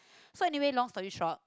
so anyway long story short